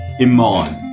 Iman